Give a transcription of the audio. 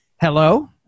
hello